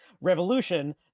revolution